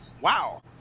Wow